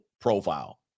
profile